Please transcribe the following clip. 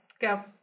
Go